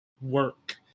work